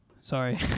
Sorry